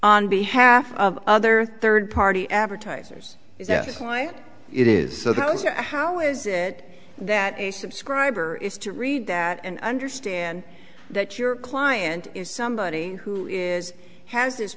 on behalf of other third party advertisers is that is why it is so those how is it that a subscriber is to read that and understand that your client is somebody who is has this